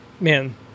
man